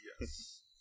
Yes